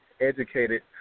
educated